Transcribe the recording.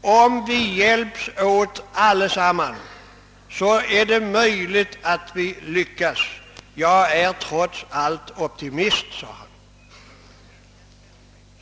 Om vi hjälps åt allesammans, är det möjligt att vi lyckas — jag är trots allt optimist.